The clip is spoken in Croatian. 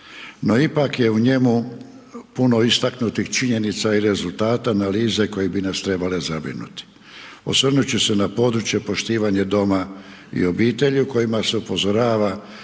No, ipak je u njemu puno istaknutih činjenica i rezultata analize koje bi nas trebale zabrinuti. Osvrnut ću se na područje poštivanje doma i obitelji u kojima se upozorava